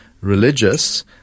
religious